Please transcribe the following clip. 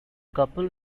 couple